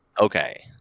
Okay